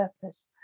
purpose